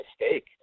mistake